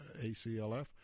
aclf